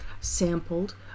sampled